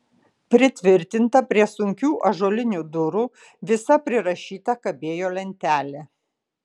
pritvirtinta prie sunkių ąžuolinių durų visa prirašyta kabėjo lentelė